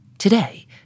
Today